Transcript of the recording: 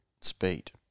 speed